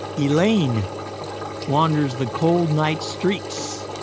elaine wanders the cold night streets,